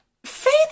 faith